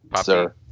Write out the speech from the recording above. sir